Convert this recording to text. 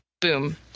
Boom